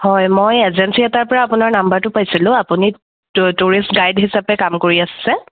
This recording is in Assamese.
হয় মই এজেঞ্চী এটাৰ পৰা আপোনাৰ নাম্বাৰটো পাইছিলোঁ আপুনি টু টুৰিষ্ট গাইড হিচাপে কাম কৰি আছে